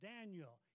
Daniel